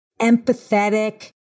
empathetic